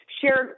shared